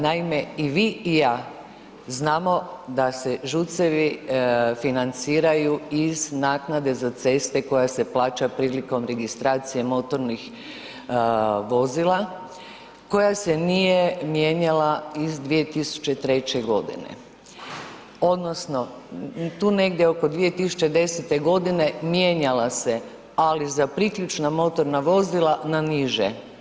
Naime, i vi i ja znamo da se ŽUC-evi financiraju iz naknade za ceste koja se plaća prilikom registracije motornih vozila koja se nije mijenjala iz 2003. g. odnosno tu negdje oko 2010. g. mijenjala se ali za priključna motorna vozila na niže.